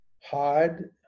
hard